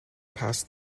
passed